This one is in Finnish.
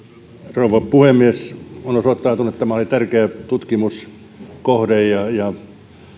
rouva puhemies on osoittautunut että tämä oli tärkeä tutkimuskohde ja ja